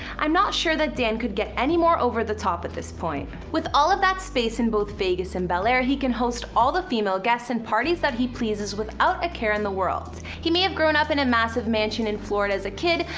i'm not sure that dan could get anymore over the top at this point. with all of that space in both vegas and bel air, he can host all the female guests and parties that he pleases without a care in the world. he may have grown up in a massive mansion in florida as a kid,